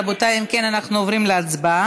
רבותיי, אם כן, אנחנו עוברים להצבעה.